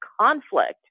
conflict